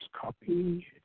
Copy